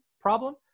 problem